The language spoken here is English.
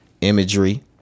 imagery